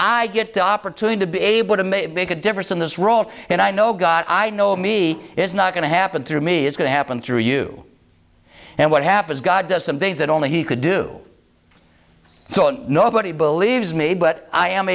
i get the opportunity to be able to make a difference in this role and i know god i know me is not going to happen through me is going to happen through you and what happens god does some things that only he could do so nobody believes me but i am